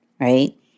right